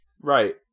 Right